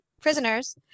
prisoners